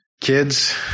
Kids